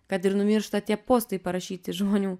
kad ir numiršta tie postai parašyti žmonių